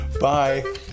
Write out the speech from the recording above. Bye